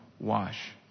wash